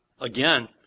again